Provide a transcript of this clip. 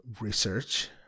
research